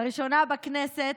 לראשונה בכנסת,